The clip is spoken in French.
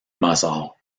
mozart